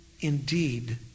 indeed